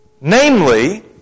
Namely